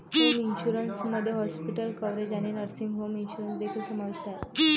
home insurance मध्ये hospital coverage आणि nursing home insurance देखील समाविष्ट आहे